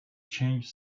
change